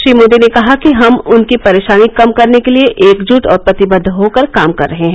श्री मोदी ने कहा कि हम उनकी परेशानी कम करने के लिए एकजुट और प्रतिबद्व होकर काम कर रहे हैं